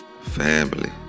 Family